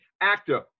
actor